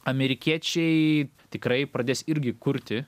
amerikiečiai tikrai pradės irgi kurti